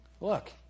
Look